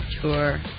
tour